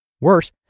Worse